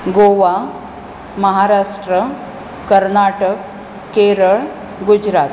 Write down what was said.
Goa Maharashtra Karnataka Kerala Gujarat